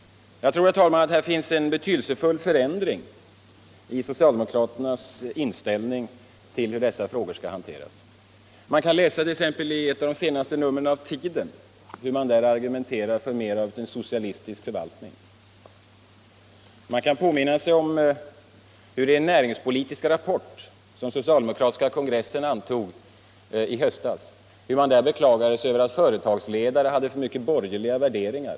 Jag tror att det skewu en betydelsefull förändring i socialdemokraternas inställning till hur dessa frågor skall handläggas. I ett av de senaste numren av Tiden kan man läsa en argumentering för mer av en socialistisk förvaltning. I Näringspolitisk rapport, som den socialdemokratiska kongressen antog i höstas, beklagade man sig över att företagsledare hade för mycket av borgerliga värderingar.